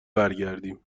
برگردیم